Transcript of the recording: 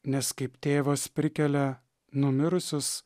nes kaip tėvas prikelia numirusius